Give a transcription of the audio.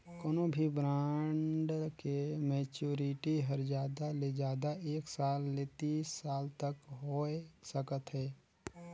कोनो भी ब्रांड के मैच्योरिटी हर जादा ले जादा एक साल ले तीस साल तक होए सकत हे